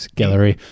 gallery